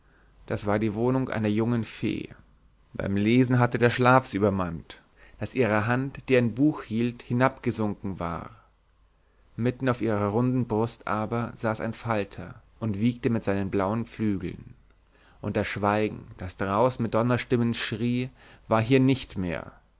das war die wohnung einer jungen fee beim lesen hatte der schlaf sie übermannt daß ihre hand die ein buch hielt hinabgesunken war mitten auf ihrer runden brust aber saß ein falter und wiegte mit seinen blauen flügeln und das schweigen das draußen mit donnerstimmen schrie war hier nicht mehr